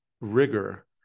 rigor